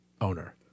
owner